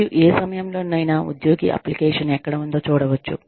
మరియు ఏ సమయంలోనైనా ఉద్యోగి అప్లికేషన్ ఎక్కడ ఉందో చూడవచ్చు